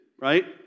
right